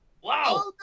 Wow